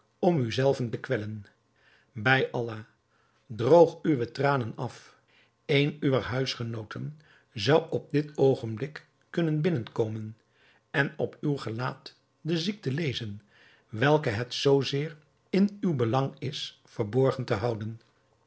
om u zelven te kwellen bij allah droog uwe tranen af een uwer huisgenooten zou op dit oogenblik kunnen binnenkomen en op uw gelaat de ziekte lezen welke het zoo zeer in uw belang is verborgen te houden